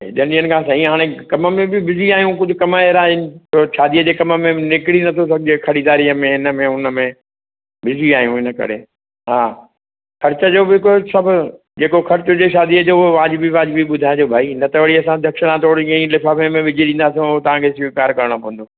ॾह ॾींहंनि खां साईं हाणे कम में बि बिज़ी आहियूं कुझ कमु अहिड़ा आहिनि छो शादीअ जे कम में निकरी नथो सघिजे ख़रीदारीअ में हिनमें हुनमें बिज़ी आहियूं हिन करे हा ख़र्च जो बि कुझु सभु जेको ख़र्च हुजे शादीअ जो उहो वाजबी वाजबी ॿुधाइजो भाई न त वरी असां दक्षणा थोरी ईअं ई लिफाफे में विझी ॾींदासीं ऐं तव्हांखे स्वीकार करिणो पवंदो